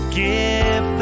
give